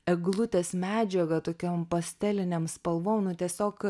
eglutės medžiagą tokiom pastelinėm spalvom nu tiesiog